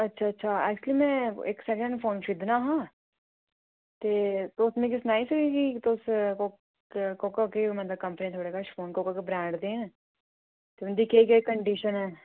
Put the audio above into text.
अच्छा अच्छा एक्चूअली में इक्क सेकेंड हैंड फोन खरीदना हा ते तुस मिगी सनाई सकदे कि तुस कोह्का केह् कंपनी दा थुहाड़े कश फोन कोह्का कोह्का ब्रांड दे न ते उं'दी केह् केह् कंडीशन ऐ